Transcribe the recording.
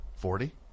Forty